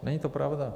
Není to pravda.